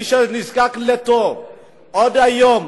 מי שנזקק לתור עוד היום,